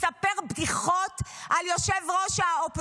מספר בדיחות על ראש האופוזיציה?